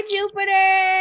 Jupiter